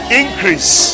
increase